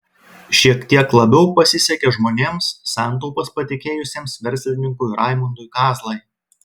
šiek tiek labiau pasisekė žmonėms santaupas patikėjusiems verslininkui raimundui kazlai